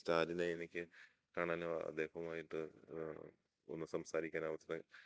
സ്റ്റാലിനെ എനിക്ക് കാണാനും അദ്ദേഹവുമായിട്ട് ഒന്നു സംസാരിക്കാൻ അവസരം